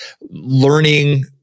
learning